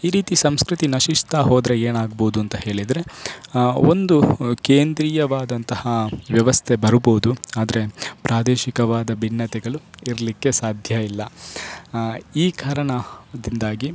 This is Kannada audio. ಈ ರೀತಿ ಸಂಸ್ಕೃತಿ ನಶಿಸ್ತಾ ಹೋದರೆ ಏನಾಗ್ಬೋದು ಅಂತ ಹೇಳಿದ್ರೆ ಒಂದು ಕೇಂದ್ರೀಯವಾದಂತಹ ವ್ಯವಸ್ಥೆ ಬರ್ಬೋದು ಆದರೆ ಪ್ರಾದೇಶಿಕವಾದ ಭಿನ್ನತೆಗಳು ಇರಲಿಕ್ಕೆ ಸಾಧ್ಯ ಇಲ್ಲ ಈ ಕಾರಣದಿಂದಾಗಿ